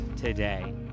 today